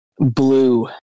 Blue